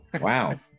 Wow